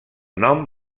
nom